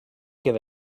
give